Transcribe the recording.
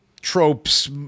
tropes